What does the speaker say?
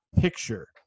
picture